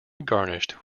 garnished